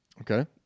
Okay